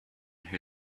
who